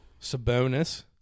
Sabonis